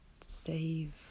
save